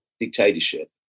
dictatorship